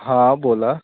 हां बोला